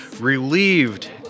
relieved